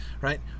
right